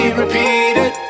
repeated